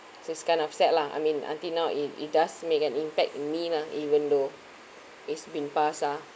it's kind of sad lah I mean until now it it does make an impact in me lah even though it's been pass ah